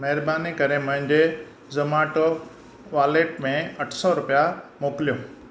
महिरबानी करे मुंहिंजे ज़ोमाटो वॉलेट में अठ सौ रुपिया मोकिलियो